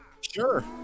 Sure